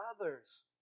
others